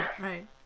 Right